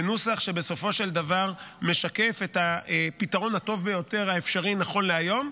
לנוסח שבסופו של דבר משקף את הפתרון הטוב ביותר האפשרי נכון להיום,